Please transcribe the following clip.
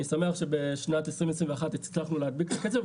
אני שמח שבשנת 2021 הצלחנו להדביק את הקצב,